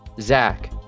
Zach